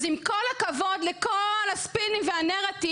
אז עם כל הכבוד לכל הספינים והנרטיב